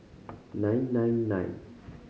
nine nine nine